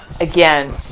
Again